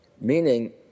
meaning